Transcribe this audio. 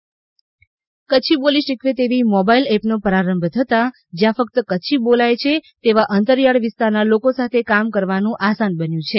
કચ્છી બોલી માટે એપ કચ્છી બોલી શીખવે તેવી મોબાઈલ એપનો પ્રારંભ થતાં જ્યાં ફક્ત કચ્છી બોલાય છે તેવા અંતરિયાળ વિસ્તારના લોકો સાથે કામ કરવાનુ આસાન બન્યું છે